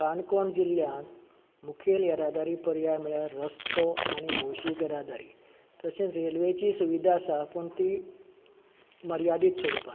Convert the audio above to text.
काणकोण जिल्ल्यांत मुखेल येरादारी पर्याय म्हणल्यार रस्तो आनी भौशीक येरादारी तशेंच रेल्वेची सुविधा आसा पूण ती मर्यादीत स्वरुपांत